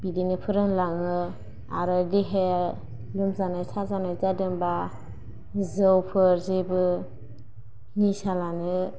बिदिहाय फोरोंलाङो आरो देहाया लोमजानाय साजानाय जादोंब्ला जौफोर जेबो निशा लानो